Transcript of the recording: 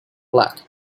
black